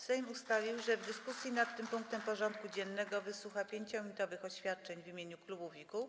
Sejm ustalił, że w dyskusji nad tym punktem porządku dziennego wysłucha 5-minutowych oświadczeń w imieniu klubów i kół.